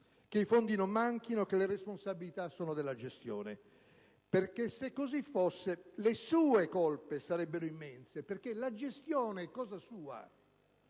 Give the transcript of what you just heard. che i fondi non mancano e che le responsabilità sono della gestione, perché, se così fosse, le sue colpe sarebbero immense, dal momento che la gestione è cosa sua.